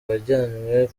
wajyanywe